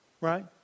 right